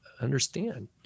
understand